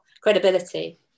credibility